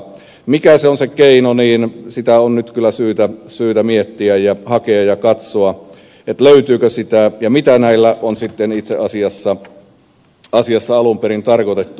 mikä on se keino sitä on nyt kyllä syytä miettiä ja hakea ja katsoa löytyykö sitä ja mitä näillä on sitten itse asiassa alun perin tarkoitettu